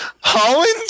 Holland